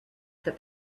that